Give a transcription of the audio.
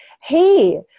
hey